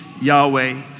Yahweh